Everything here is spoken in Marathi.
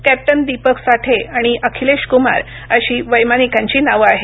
कॅप्टन दीपक साठे आणि अखिलेशकुमार अशी वैमानिकांची नावं आहेत